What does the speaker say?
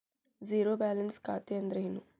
Zero balance ಖಾತೆ ಅಂದ್ರೆ ಏನು?